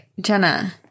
Jenna-